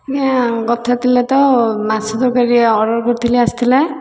ନାଁ କଥା ଥିଲା ତ ମାଛ ତରକାରୀ ଟିକେ ଅର୍ଡର କରିଥିଲି ଆସିଥିଲା